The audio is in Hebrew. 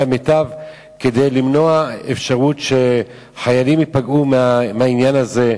המיטב כדי למנוע אפשרות שחיילים ייפגעו מהעניין הזה,